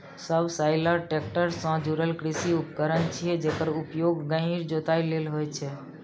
subsoiler tractor सं जुड़ल कृषि उपकरण छियै, जेकर उपयोग गहींर जोताइ लेल होइ छै